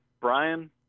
brian